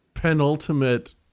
Penultimate